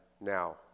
now